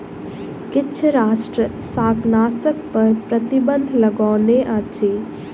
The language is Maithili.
किछ राष्ट्र शाकनाशक पर प्रतिबन्ध लगौने अछि